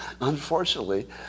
unfortunately